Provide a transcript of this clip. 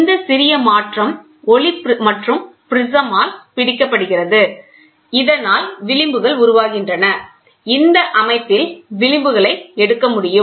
இந்த சிறிய மாற்றும் ஒளி மற்றொரு பிரிஸால் பிடிக்கப்படுகிறது இதனால் விளிம்புகள் உருவாகின்றன இந்த அமைப்பில் விளிம்புகளை எடுக்க முடியும்